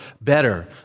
better